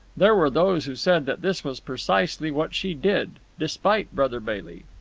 there were those who said that this was precisely what she did, despite brother bailey.